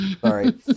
Sorry